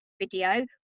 video